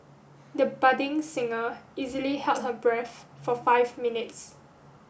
the budding singer easily held her breath for five minutes